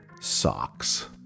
Socks